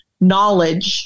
knowledge